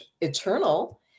eternal